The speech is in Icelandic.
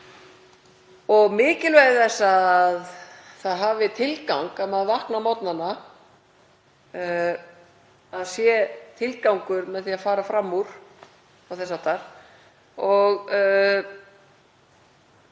og mikilvægi þess að það hafi tilgang að maður vakni á morgnana, að það sé tilgangur með því að fara fram úr og þess háttar.